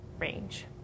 range